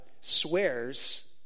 swears